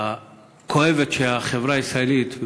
הכואבת שהחברה הישראלית,